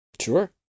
sure